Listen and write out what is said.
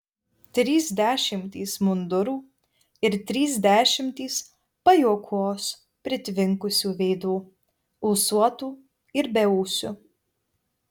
trys dešimtys mundurų ir trys dešimtys pajuokos pritvinkusių veidų ūsuotų ir beūsių